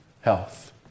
health